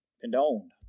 Condoned